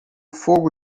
fogo